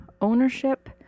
ownership